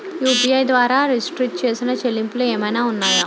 UPI ద్వారా restrict చేసిన చెల్లింపులు ఏమైనా ఉన్నాయా?